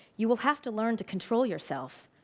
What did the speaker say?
you will have to learn to control yourself.